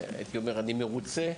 אני מרוצה,